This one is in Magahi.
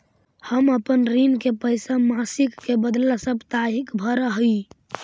हम अपन ऋण के पैसा मासिक के बदला साप्ताहिक भरअ ही